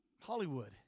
Hollywood